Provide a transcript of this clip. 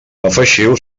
afegiu